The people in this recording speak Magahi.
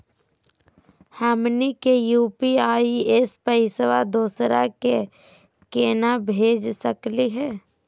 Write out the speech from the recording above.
हमनी के यू.पी.आई स पैसवा दोसरा क केना भेज सकली हे?